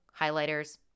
highlighters